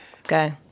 okay